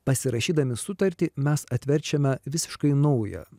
pasirašydami sutartį mes atverčiame visiškai naują